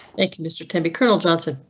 thank you mr timmy, colonel johnson.